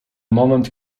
moment